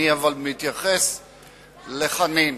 אני אבל מתייחס לחנין,